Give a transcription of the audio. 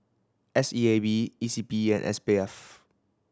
S E A B E C P and S P F